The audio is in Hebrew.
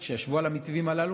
שישבו על המתווים הללו,